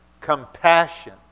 compassion